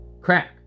Crack